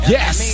Yes